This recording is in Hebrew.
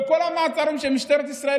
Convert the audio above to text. בכל המעצרים שמשטרת ישראל